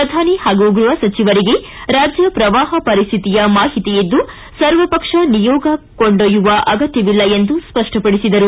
ಪ್ರಧಾನಿ ಹಾಗೂ ಗೃಹ ಸಚಿವರಿಗೆ ರಾಜ್ಯ ಪ್ರವಾಹ ಪರಿಶ್ಶಿತಿಯ ಮಾಹಿತಿ ಇದ್ದು ಸರ್ವಪಕ್ಷ ನಿಯೋಗ ಕೊಂಡೊಯ್ಯುವ ಅಗತ್ಕವಿಲ್ಲ ಎಂದು ಸ್ಪಷ್ಟಪಡಿಸಿದರು